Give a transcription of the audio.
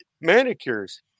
manicures